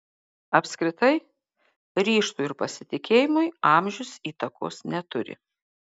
apskritai ryžtui ir pasitikėjimui amžius įtakos neturi